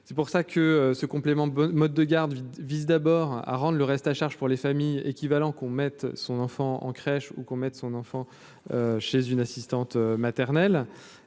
c'est pour ça que ce complément mode de garde vise d'abord à rendre le reste à charge pour les familles équivalent qu'on mette son enfant en crèche ou qu'on mette son enfant chez une assistante maternelle,